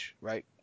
right